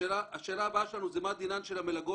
השאלה הבאה שלנו זה מה דינן של המלגות